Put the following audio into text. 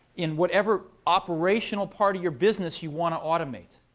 in whatever operational part of your business you want to automate.